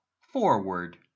Forward